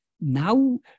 now